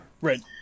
right